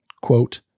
Quote